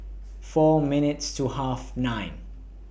four minutes to Half nine